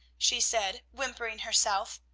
she said, whimpering herself.